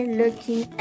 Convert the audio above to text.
looking